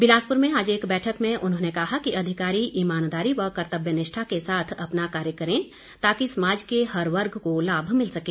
बिलासपुर में आज एक बैठक में उन्होंने कहा कि अधिकारी ईमानदारी व कर्तव्य निष्ठा के साथ अपना कार्य करें ताकि समाज के हर वर्ग को लाभ मिल सके